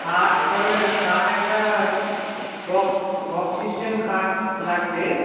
খাট ধরে নিন খাট একটা বক্স সিস্টেম খাট লাগবে